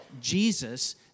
Jesus